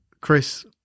chris